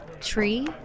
tree